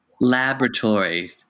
laboratory